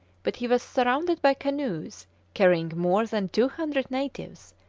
but he was surrounded by canoes carrying more than two hundred natives,